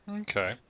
Okay